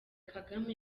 kagame